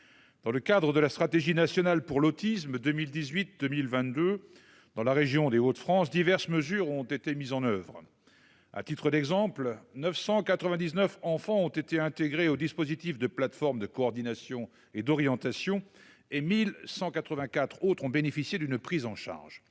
Dans le cadre de la stratégie nationale pour l'autisme 2018 2022 dans la région des Hauts-de-France diverses mesures ont été mises en oeuvre. À titre d'exemple, 999 enfants ont été intégrés au dispositif de plateformes de coordination et d'orientation et 1184 autres ont bénéficié d'une prise en charge.